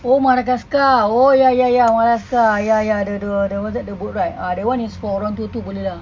oh madagascar oh ya ya ya madagascar ya ya the the what's that the boat ride ah that [one] is for orang tua-tua boleh lah